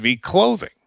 clothing